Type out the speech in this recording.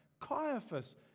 Caiaphas